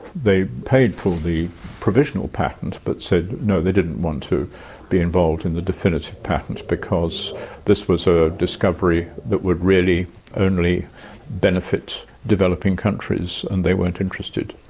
paid for the provisional patent but said no, they didn't want to be involved in the definitive patent because this was a discovery that would really only benefit developing countries and they weren't interested,